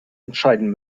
entscheiden